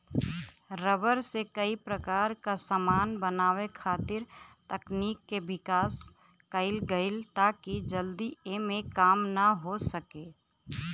rubber से कई प्रकार क समान बनावे खातिर तकनीक के विकास कईल गइल ताकि जल्दी एमे काम हो सके